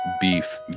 beef